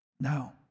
Now